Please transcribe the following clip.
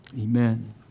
Amen